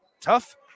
Tough